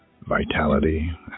vitality